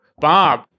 Bob